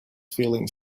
feelings